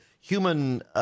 human